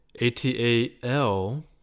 ATAL